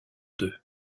deux